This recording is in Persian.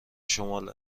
شمال